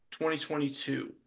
2022